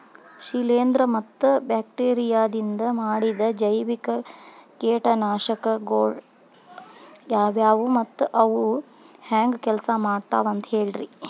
ಶಿಲೇಂಧ್ರ ಮತ್ತ ಬ್ಯಾಕ್ಟೇರಿಯದಿಂದ ಮಾಡಿದ ಜೈವಿಕ ಕೇಟನಾಶಕಗೊಳ ಯಾವ್ಯಾವು ಮತ್ತ ಅವು ಹೆಂಗ್ ಕೆಲ್ಸ ಮಾಡ್ತಾವ ಅಂತ ಹೇಳ್ರಿ?